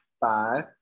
five